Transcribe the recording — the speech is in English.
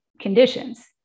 conditions